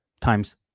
times